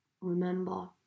Remember